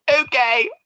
Okay